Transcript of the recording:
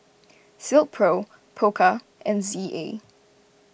Silkpro Pokka and Z A